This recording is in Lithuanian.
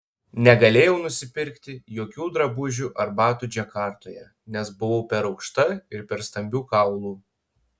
negalėjau nusipirkti jokių drabužių ar batų džakartoje nes buvau per aukšta ir per stambių kaulų